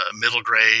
middle-grade